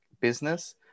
business